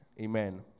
amen